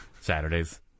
Saturdays